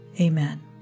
Amen